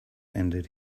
ended